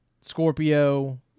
Scorpio